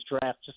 draft